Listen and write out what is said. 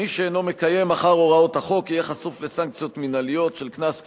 מי שאינו מקיים אחר הוראות החוק יהיה חשוף לסנקציות מינהליות של קנס,